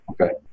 Okay